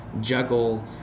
juggle